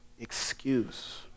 excuse